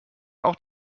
auch